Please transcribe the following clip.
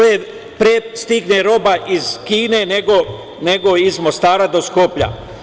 Pre stigne roba iz Kine nego iz Mostara do Skoplja.